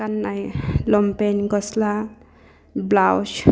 गाननाय लंपेन गस्ला ब्लाउस